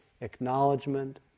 acknowledgement